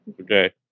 Okay